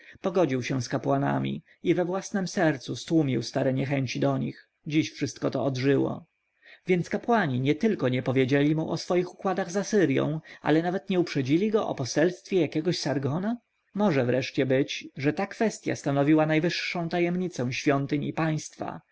pogodził się z kapłanami i we własnem sercu tłumił stare niechęci do nich dziś wszystko to odżyło więc kapłani nietylko nie powiedzieli mu o swoich układach z asyrją ale nawet nie uprzedzili go o poselstwie jakiegoś sargona może wreszcie być że ta kwestja stanowiła najwyższą tajemnicę świątyń i państwa